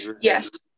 Yes